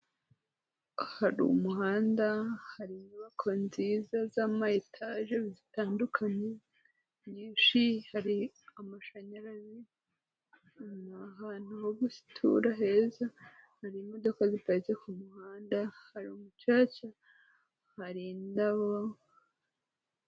Hari umuhanda, hari inyubako nziza zama etaje zitandukanye, nyinshi hari amashanyarazi. Ni ahantu ho gutura heza hari imodoka ziparitse ku muhanda hari umucaca hari indaba,